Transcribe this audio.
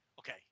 Okay